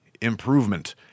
improvement